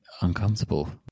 uncomfortable